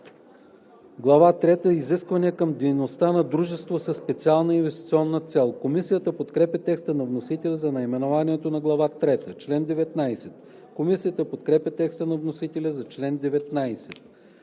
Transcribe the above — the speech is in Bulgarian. трета – Изисквания към дейността на дружество със специална инвестиционна цел“. Комисията подкрепя текста на вносителя за наименованието на Глава трета. Комисията подкрепя текста на вносителя за чл. 19.